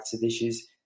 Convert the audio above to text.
dishes